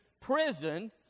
prison